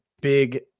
big